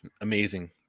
amazing